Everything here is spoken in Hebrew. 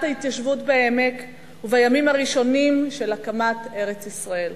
ההתיישבות בעמק ובימים הראשונים של הקמת ארץ-ישראל.